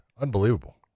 unbelievable